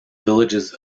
villages